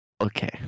okay